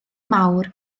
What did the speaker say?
mawr